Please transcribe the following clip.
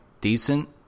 decent